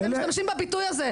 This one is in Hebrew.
אתם משתמשים בביטוי הזה.